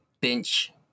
bench